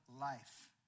life